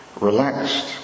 relaxed